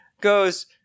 goes